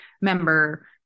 member